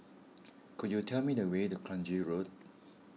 could you tell me the way to Kranji Road